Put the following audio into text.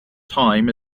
time